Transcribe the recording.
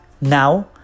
Now